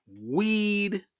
weed